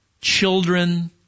children